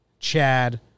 Chad